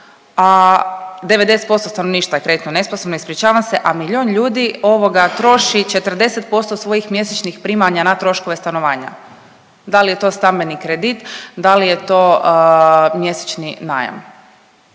a 90% stanovništva je kreditno nesposobno, ispričavam se, a miljon ljudi troši 40% svojih mjesečnih primanja na troškove stanovanja, da li je to stambeni kredit, da li je to mjesečni najam.